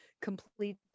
complete